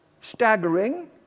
staggering